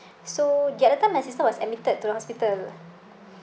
so the other time my sister was admitted to the hospital